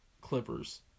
Clippers